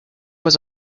was